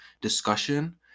discussion